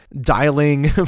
dialing